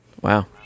Wow